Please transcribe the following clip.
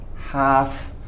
half